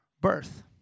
birth